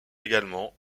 également